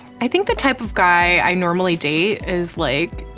i think the type of guy i normally date is, like,